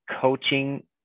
coaching